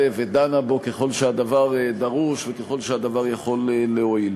ודנה בו ככל שהדבר דרוש וככל שהדבר יכול להועיל.